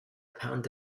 pound